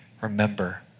remember